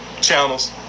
Channels